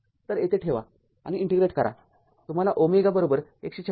तरयेथे ठेवा आणि इंटिग्रेट करा तुम्हाला ओमेगा १५६